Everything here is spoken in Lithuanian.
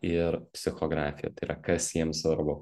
ir psichografija tai yra kas jiems svarbu